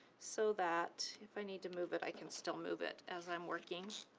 so that if i need to move it i can still move it as i'm working.